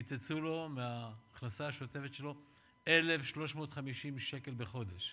קיצצו לו מההכנסה השוטפת שלו 1,350 שקל בחודש.